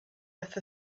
with